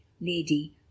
Lady